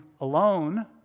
alone